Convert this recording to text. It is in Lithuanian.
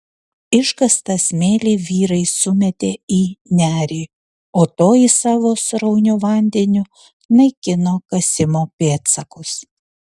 iškastą smėlį vyrai sumetė į nerį o toji savo srauniu vandeniu naikino kasimo pėdsakus